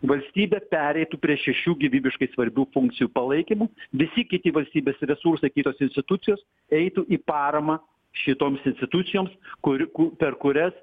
valstybė pereitų prie šešių gyvybiškai svarbių funkcijų palaikymo visi kiti valstybės resursai kitos institucijos eitų į paramą šitoms institucijoms kuriu ku per kurias